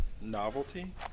novelty